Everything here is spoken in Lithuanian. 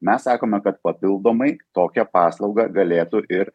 mes sakome kad papildomai tokią paslaugą galėtų ir